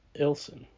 Ilson